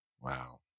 Wow